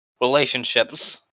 relationships